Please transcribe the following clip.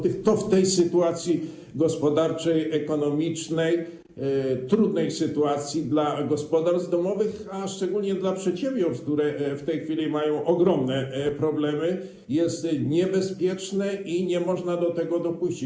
To w tej sytuacji gospodarczej, ekonomicznej, trudnej sytuacji dla gospodarstw domowych, a szczególnie dla przedsiębiorstw, które w tej chwili mają ogromne problemy, jest niebezpieczne i nie można do tego dopuścić.